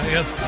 Yes